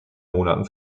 monaten